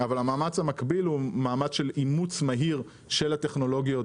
אבל המאמץ המקביל הוא מאמץ של אימוץ מהיר של הטכנולוגיות